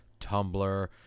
Tumblr